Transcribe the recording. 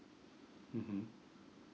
mmhmm